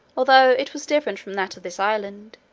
although it was different from that of this island.